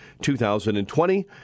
2020